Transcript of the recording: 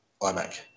imac